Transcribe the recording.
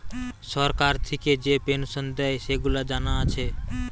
সরকার থিকে যে পেনসন দেয়, সেগুলা জানা আছে